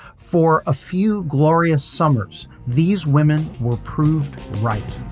for a few glorious summers, these women were proved right.